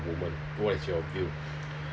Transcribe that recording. women what is your view